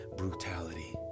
brutality